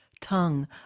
tongue